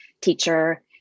teacher